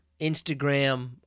Instagram